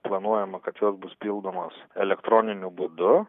planuojama kad jos bus pildomos elektroniniu būdu